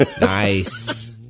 Nice